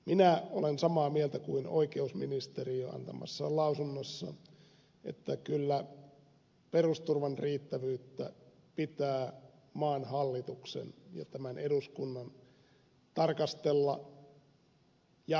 minä olen samaa mieltä kuin oikeusministeriö antamassaan lausunnossa että kyllä perusturvan riittävyyttä pitää maan hallituksen ja tämän eduskunnan tarkastella jatkuvasti